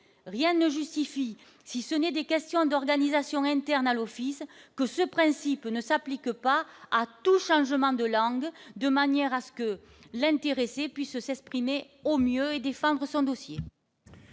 Rien ne justifie, hormis des questions d'organisation interne à l'Office, que ce principe ne s'applique pas à tout changement de langue, de telle sorte que l'intéressé puisse s'exprimer au mieux et défendre son dossier.